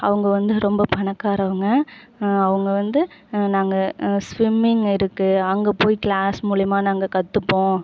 அவங்க வந்து ரொம்ப பணக்காரவங்க அவங்க வந்து நாங்கள் ஸ்விம்மிங் இருக்கு அங்கே போய் க்ளாஸ் மூலமா நாங்கள் கற்றுப்போம்